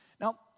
Now